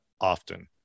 often